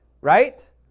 right